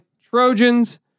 Trojans